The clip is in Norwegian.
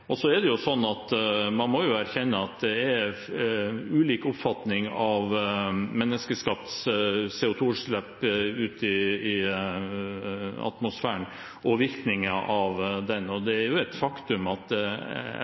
veier. Så må man erkjenne at det er ulik oppfatning av menneskeskapte CO2-utslipp ut i atmosfæren og virkningen av dem. Det er